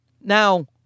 now